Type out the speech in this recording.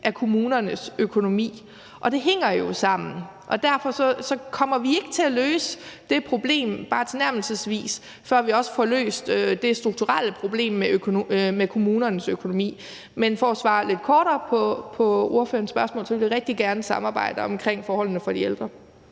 af kommunernes økonomi. Det hænger jo sammen, og derfor kommer vi ikke til at løse det problem bare tilnærmelsesvis, før vi også får løst det strukturelle problem med kommunernes økonomi. Men for at svare lidt kortere på spørgsmålet vil jeg sige, at vi rigtig gerne vil samarbejde om forholdene for de ældre.